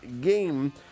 game